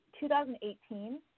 2018